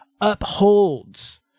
upholds